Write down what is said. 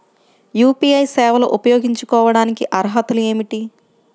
UPI సేవలు ఉపయోగించుకోటానికి అర్హతలు ఏమిటీ?